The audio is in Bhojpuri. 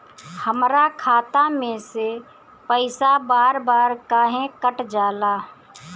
हमरा खाता में से पइसा बार बार काहे कट जाला?